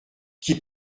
qui